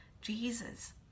Jesus